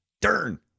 Dern